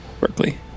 Berkeley